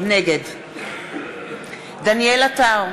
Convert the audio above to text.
נגד דניאל עטר,